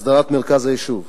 הסדרת מרכז היישוב,